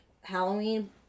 Halloween